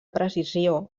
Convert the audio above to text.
precisió